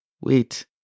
Wait